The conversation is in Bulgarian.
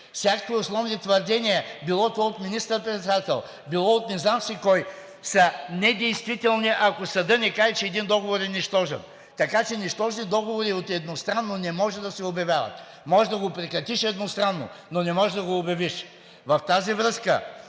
Всякакви основни твърдения, било то от министър-председател, било от не знам си кого, са недействителни, ако съдът не каже, че един договор е нищожен. Така че нищожни договори едностранно не може да се обявяват. Може да го прекратиш едностранно, но не можеш да го обявиш. В тази връзка